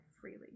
freely